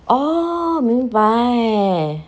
orh 明白